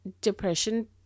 depression